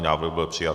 Návrh byl přijat.